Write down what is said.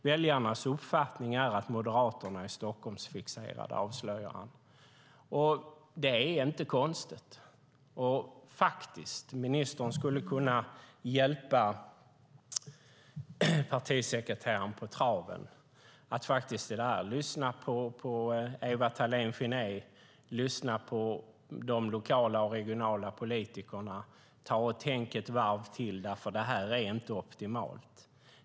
Väljarnas uppfattning är att Moderaterna är Stockholmsfixerade, avslöjar han." Det är inte konstigt. Ministern skulle kunna hjälpa partisekreteraren på traven genom att faktiskt lyssna på Ewa Thalén Finné och på de lokala och regionala politikerna. Ta och tänk ett varv till, för det här är inte optimalt.